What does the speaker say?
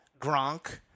Gronk